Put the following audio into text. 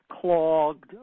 clogged